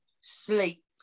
sleep